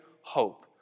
hope